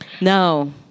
No